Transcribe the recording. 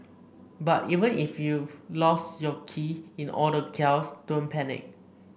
but even if you've lost your keys in all the chaos don't panic